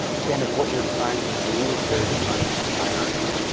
again, if what you're trying to do is very uninspiring,